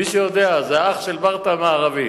מי שיודע, זה אח של ברטעה המערבי.